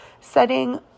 setting